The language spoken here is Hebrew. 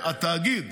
התאגיד,